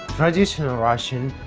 traditional russian,